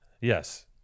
Yes